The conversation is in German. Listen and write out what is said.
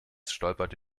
stolperte